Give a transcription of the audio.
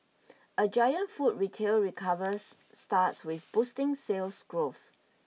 a giant food retail recovers starts with boosting sales growth